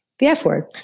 the f word,